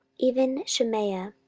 even shemaiah,